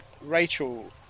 Rachel